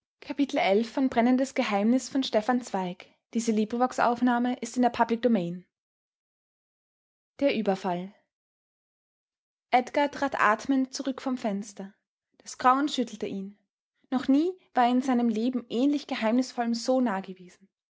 der überfall edgar trat atmend zurück vom fenster das grauen schüttelte ihn noch nie war er in seinem leben ähnlich geheimnisvollem so nah gewesen